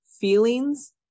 feelings